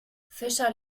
fischer